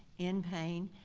in pain,